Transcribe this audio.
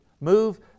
move